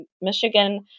Michigan